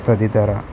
తదితర